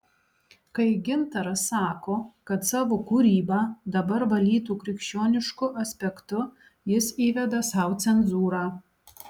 kai gintaras sako kad savo kūrybą dabar valytų krikščionišku aspektu jis įveda sau cenzūrą